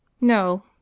No